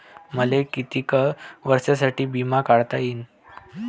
मले कितीक वर्षासाठी बिमा काढता येईन?